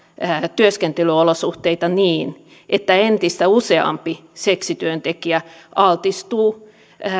työskentelyolosuhteita niin että entistä useampi seksityöntekijä altistuu